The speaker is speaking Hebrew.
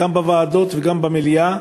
גם בוועדות וגם במליאה,